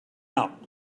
out